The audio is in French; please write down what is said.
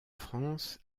france